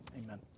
Amen